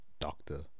doctor